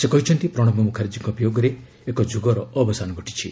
ସେ କହିଛନ୍ତି ପ୍ରଣବ ମ୍ରଖାର୍ଜୀଙ୍କ ବିୟୋଗରେ ଏକ ଯୁଗର ଅବସାନ ଘଟିଛି